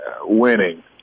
Winning